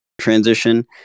transition